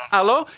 Hello